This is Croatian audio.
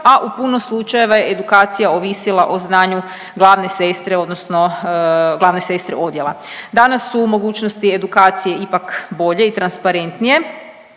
a u puno slučajeva edukacija je ovisila o znanju glavne sestre, odnosno glavne sestre odjela. Danas su mogućnosti edukacije ipak bolje i transparentnije,